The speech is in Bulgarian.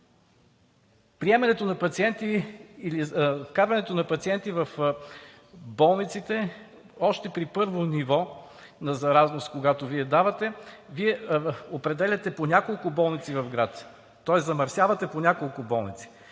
приемането на пациенти, вкарването на пациенти в болниците още при първо ниво на заразност, което Вие давате. Вие определяте по няколко болници в град, тоест замърсявате по няколко болници.